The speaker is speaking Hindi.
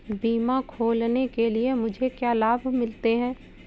बीमा खोलने के लिए मुझे क्या लाभ मिलते हैं?